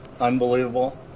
unbelievable